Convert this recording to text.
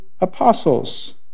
apostles